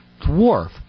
dwarf